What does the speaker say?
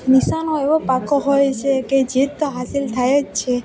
નિશાનો એવો પાકો હોય છે કે જીત તો હાંસિલ થાય જ છે